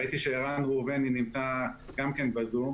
ראיתי שערן ראובני נמצא ב"זום",